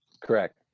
Correct